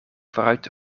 vooruit